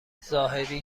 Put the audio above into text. زاهدی